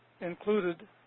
included